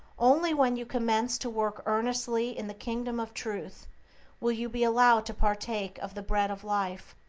only when you commence to work earnestly in the kingdom of truth will you be allowed to partake of the bread of life,